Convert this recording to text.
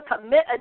commit